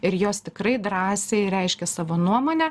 ir jos tikrai drąsiai reiškia savo nuomonę